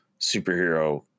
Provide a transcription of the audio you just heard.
superhero